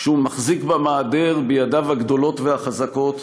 כשהוא מחזיק במעדר בידיו הגדולות והחזקות,